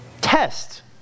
test